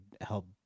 help